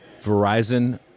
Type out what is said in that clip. Verizon